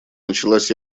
началась